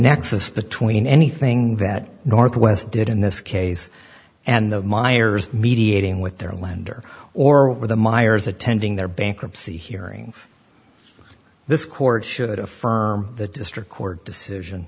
nexus between anything that northwest did in this case and the myers mediating with their lender or with the myers attending their bankruptcy hearings this court should affirm the district court decision